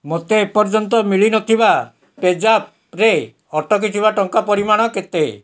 ମୋତେ ଏ ପର୍ଯ୍ୟନ୍ତ ମିଳିନଥିବା ପେଜାପ୍ରେ ଅଟକିଥିବା ଟଙ୍କା ପରିମାଣ କେତେ